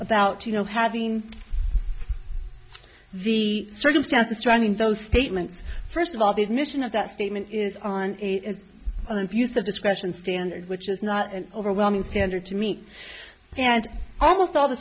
about you know having the circumstances surrounding those statements first of all the admission of that statement is on it is an abuse of discretion standard which is not an overwhelming standard to meet and almost all the